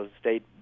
state